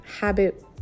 habit